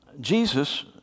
Jesus